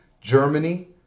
Germany